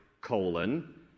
colon